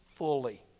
fully